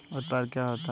उत्पाद क्या होता है?